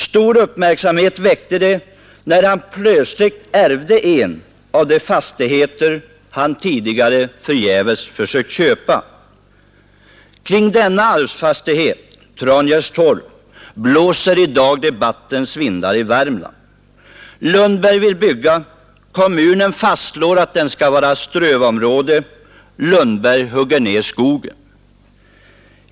Stor uppmärksamhet väckte det när han plötsligt ärvde en av de fastigheter han tidigare förgäves försökt köpa. Kring denna arvsfastighet, Trangärdstorp, blåser i dag debattens vindar i Värmland. Lundberg vill bygga, kommunen fastslår att platsen skall vara strövområde, Lundberg hugger ner skogen.